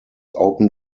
open